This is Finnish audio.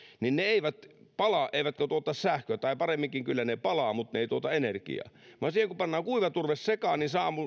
eivät pala eivätkä tuota sähköä tai paremminkin kyllä ne palavat mutta ne eivät tuota energiaa vaan siihen kun pannaan kuivaturve sekaan niin